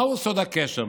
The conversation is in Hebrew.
מהו סוד הקשר?